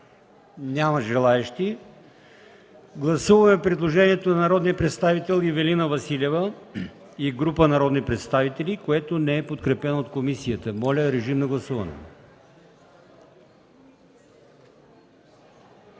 Няма желаещи. Гласуваме предложението на народния представител Ивелина Василева и група народни представители, което не е подкрепено от комисията. Гласували